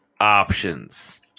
options